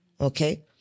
okay